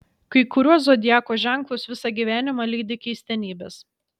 kai kuriuos zodiako ženklus visą gyvenimą lydi keistenybės